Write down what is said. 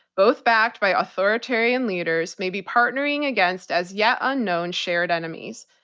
both backed by authoritarian leaders, may be partnering against as-yet unknown shared enemies.